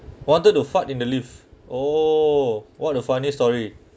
wanted to fight in the lift oh what a funny story